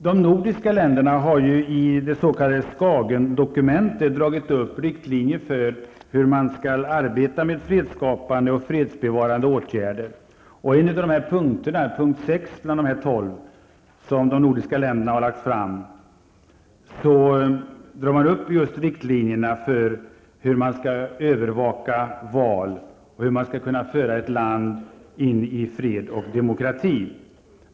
De nordiska länderna har i det s.k. Skagendokumentet dragit upp riktlinjer för hur man skall arbeta med fredsskapande och fredsbevarande åtgärder. Man har lagt fram tolv punkter, och i punkt sex drar man upp riktlinjer för hur man skall övervaka val och hur man skall kunna föra ett land in i fred och demokrati.